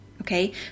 Okay